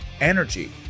energy